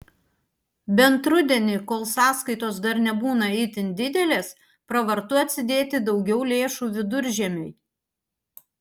bent rudenį kol sąskaitos dar nebūna itin didelės pravartu atsidėti daugiau lėšų viduržiemiui